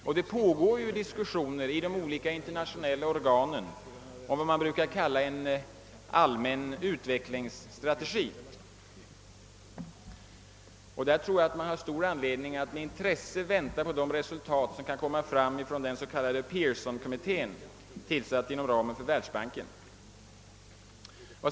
I olika internationella organ pågår också diskussioner om vad man brukar kalla för en allmän utvecklingsstrategi. Där tror jag att man har stor anledning att med intresse vänta på de resultat som kan komma fram av den s.k. Pearsonkommitténs arbete, vilken kommitté har tillsatts inom ramen för Världsbanken.